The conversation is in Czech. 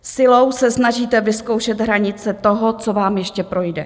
Silou se snažíte vyzkoušet hranice toho, co vám ještě projde.